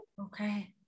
Okay